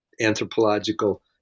anthropological